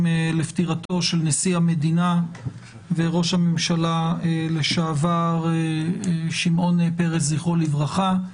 לפטירתו של נשיא המדינה וראש הממשלה לשעבר שמעון פרס זכרו לברכה.